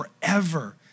forever